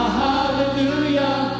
hallelujah